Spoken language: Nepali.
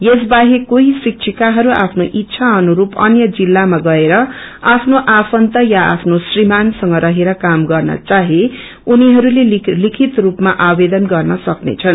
यस बाहेक कोहि शिक्षिकाहरू आफ्नो डच्छा अनुस्र अन्य जिल्लामा गएर आफ्नो आफन्त या आफ्नो श्रीमानसँग रहेर काम गर्न चाहे उनिहरूले लिखित रूपमा आवेदन गर्न सक्नेछन्